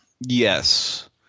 yes